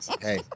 Hey